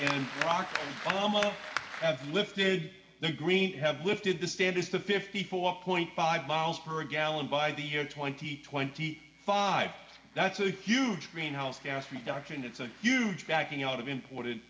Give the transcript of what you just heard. almost have lifted the green have lifted the stand is the fifty four point five miles per gallon by the year twenty twenty five that's a huge greenhouse gas production it's a huge backing out of imported